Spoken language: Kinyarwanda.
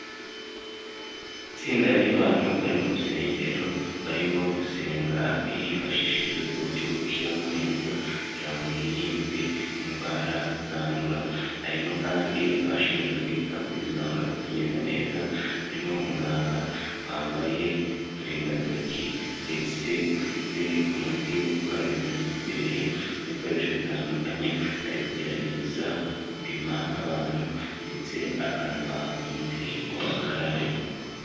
Itsinda ry'abantu bari mu rusengero, barimo gusenga hifashishijwe uburyo bwo gushyiramo metero, kugira ngo hirindwe indwara zandura, harimo kandi abashinzwe kwita kurizi gahunda ku zigenda nez,a harimo umuganga wambaye uturindantoki ndetse ufite umuti wo gukaraba intoki imbere ye , n'ibikoresho bitandukanye ari kugerageza gupima abantu ndetse akanabaha umuti ngo bakarabe.